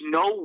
no